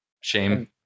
shame